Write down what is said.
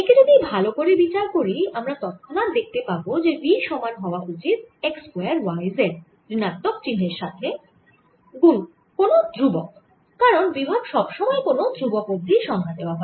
একে যদি ভাল করে বিচার করি আমরা তৎক্ষণাৎ দেখতে পাবো যে v সমান হওয়া উচিত x স্কয়ার y z ঋণাত্মক চিহ্নের সাথে গুন কোন ধ্রুবক কারণ বিভব সব সময় কোন ধ্রুবক অবধি সংজ্ঞা দেওয়া হয়